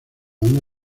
una